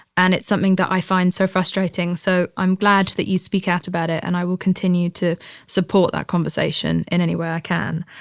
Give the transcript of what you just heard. and it's something that i find so frustrating. so i'm glad that you speak out about it, and i will continue to support that conversation in any way i can.